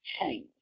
change